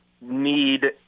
need